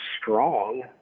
strong